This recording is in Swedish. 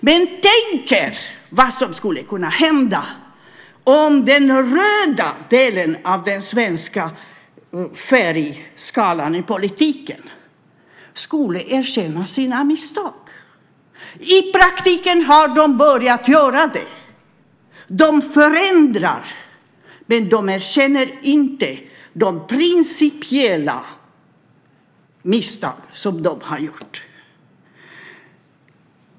Men tänk er vad som skulle kunna hända om den röda delen av den svenska färgskalan i politiken erkände sina misstag! I praktiken har de börjat göra det. De förändrar men erkänner inte de principiella misstag som de har gjort.